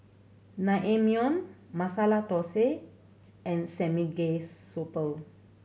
Naengmyeon Masala Dosa and Samgyeopsal